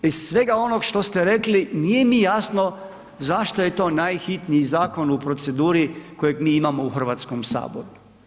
Iz svega onog što ste rekli nije mi jasno zašto je to najhitniji zakon u proceduri kojeg mi imamo u Hrvatskom saboru.